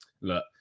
look